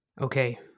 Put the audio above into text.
Okay